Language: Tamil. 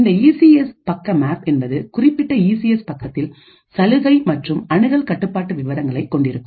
இந்த ஈ சி எஸ் பக்க மேப் என்பது குறிப்பிட்ட இசிஎஸ் பக்கத்தின் சலுகை மற்றும் அணுகல் கட்டுப்பாட்டு விவரங்களை கொண்டிருக்கும்